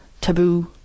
taboo